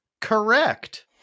correct